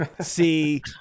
See